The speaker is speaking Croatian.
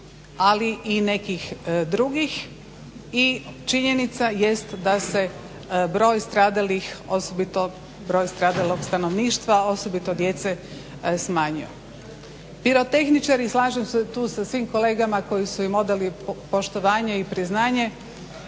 ali i nekih drugih i činjenica jest da se broj stradalih, osobito broj stradalog stanovništva, osobito djece smanjio. Pirotehničari, slažem se tu sa svim kolegama koji su im odali poštovanje i priznanje,